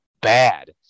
bad